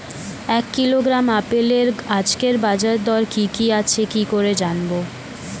এক কিলোগ্রাম আপেলের আজকের বাজার দর কি কি আছে কি করে জানবো?